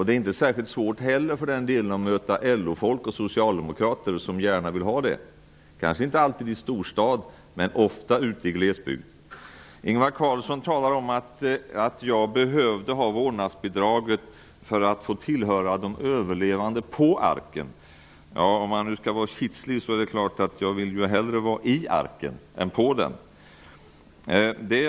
Det är inte heller särskilt svårt att möta LO-folk och socialdemokrater som gärna vill ha vårdnadsbidraget. De finns kanske inte alltid i storstaden, men ofta ute i glesbygden. Ingvar Carlsson talar om att jag behövde ha vårdnadsbidraget för att få tillhöra de överlevande på arken. Om jag skall vara kitslig kan jag säga att jag hellre vill vara i arken än på den.